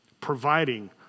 providing